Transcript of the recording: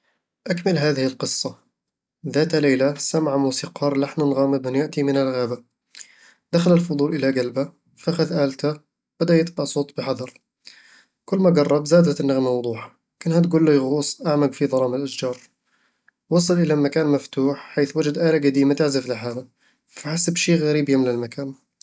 أكمل هذه القصة: ذات ليلة، سمع موسيقار لحنًا غامضًا يأتي من الغابة. دخل الفضول إلى قلبه، فأخذ آلته وبدأ يتبع الصوت بحذر كلما قرب، زادت النغمة وضوحًا، وكأنها تدعوه يغوص أعمق في ظلام الأشجار وصل إلى مكان مفتوح حيث وجد آلة قديمة تعزف لحالها، فأحس بشي غريب يملأ المكان